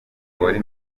wari